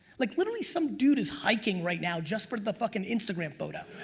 like literally some dude is hiking right now just for the fuckin' instagram photo.